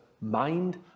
mind